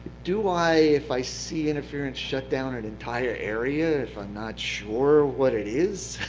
do i, if i see interference, shut down an entire area if i'm not sure what it is?